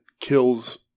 kills